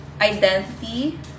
identity